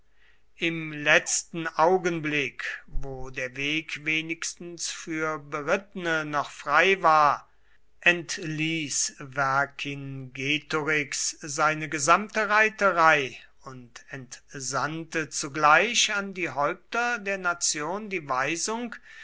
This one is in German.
im letzten augenblick wo der weg wenigstens für berittene noch frei war entließ vercingetorix seine gesamte reiterei und entsandte zugleich an die häupter der nation die weisung